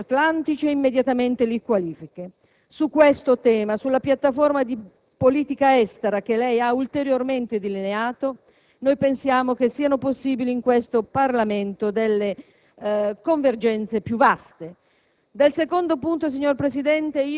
che si innesta nei nostri rapporti atlantici e immediatamente li qualifica. Su questo tema, sulla piattaforma di politica estera che lei ha ulteriormente delineato, pensiamo siano possibili in questo Parlamento convergenze più vaste.